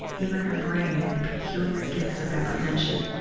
even her brain and peculiar gifts of apprehension.